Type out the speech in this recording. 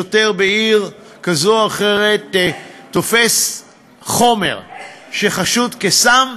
שוטר בעיר כזו או אחרת תופס חומר שחשוד כסם,